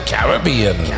Caribbean